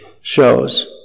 shows